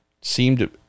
seemed